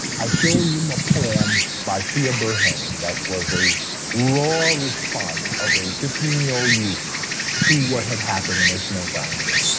i showed him a poem by sia berhan that was a raw response of a fifteen year old youth to what had happened in ocean hill-brownsville,